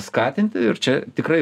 skatinti ir čia tikrai